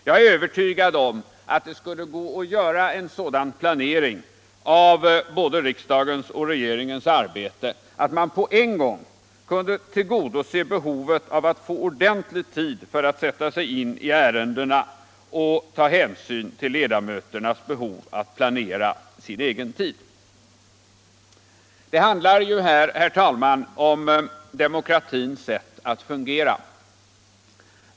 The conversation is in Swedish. Jag är övertygad om att det skulle gå att göra en sådan planering av både riksdagens och regeringens arbete att man på en gång kunde tillgodose behovet av att få ordentlig tid för att sätta sig in i ärendena och ta hänsyn till ledamöternas behov att planera sin egen tid. Det handlar ju här, herr talman, om demokratins sätt att fungera.